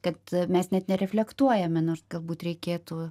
kad mes net nereflektuojame nors galbūt reikėtų